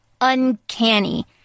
uncanny